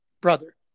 brother